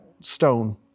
stone